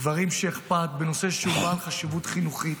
לדברים שאכפת, בנושא שהוא בעל חשיבות חינוכית,